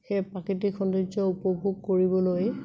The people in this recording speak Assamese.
সেই প্ৰাকৃতিক সৌন্দৰ্য উপভোগ কৰিবলৈ